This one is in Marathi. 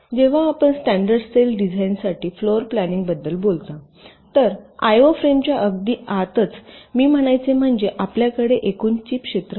जेव्हा आपण स्टॅंडर्ड सेल डिझाईन्ससाठी फ्लोर प्लॅनिंगबद्दल बोलता तर आयओ फ्रेमच्या अगदी आतच मी म्हणायचे म्हणजे आपल्याकडे एकूण चिप क्षेत्र आहे